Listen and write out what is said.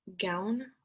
gown